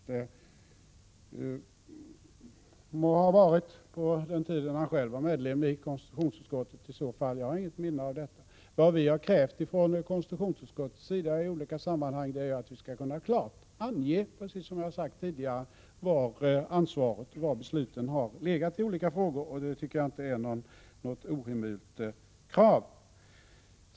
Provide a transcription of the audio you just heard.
Det må ha varit på den tiden han själv var medlem i konstitutionsutskottet — jag har inget minne av detta. Vad vi från konstitutionsutskottets sida har krävt i olika sammanhang är att vi skall klart kunna ange, precis som jag har sagt tidigare, var besluten har fattats. Det tycker jag inte är något ohemult krav.